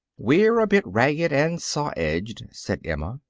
we're a bit ragged and saw-edged, said emma.